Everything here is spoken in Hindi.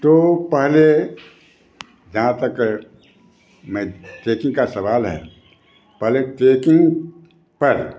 तो पहले जहाँ तक मैं ट्रेकिंग का सवाल है पहले ट्रेकिंग पर